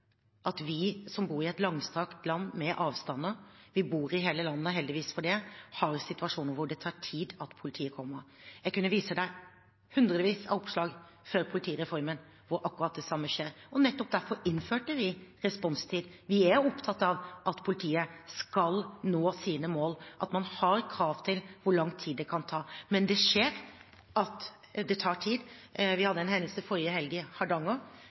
at vi som bor i et langstrakt land med avstander – vi bor i hele landet, heldigvis for det – har situasjoner hvor det tar tid før politiet kommer. Jeg kunne vist deg hundrevis av oppslag fra før politireformen hvor akkurat det samme skjer. Nettopp derfor innførte vi responstid. Vi er opptatt av at politiet skal nå sine mål, og at man har krav til hvor lang tid det kan ta. Men det skjer at det tar tid. Vi hadde en hendelse forrige helg i Hardanger,